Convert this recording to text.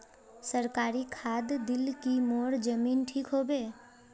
सरकारी खाद दिल की मोर जमीन ठीक होबे?